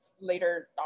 later